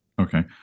Okay